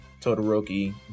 Todoroki